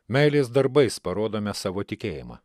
meilės darbais parodome savo tikėjimą